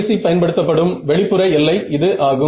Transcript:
RBC பயன்படுத்தப்படும் வெளிப்புற எல்லை இது ஆகும்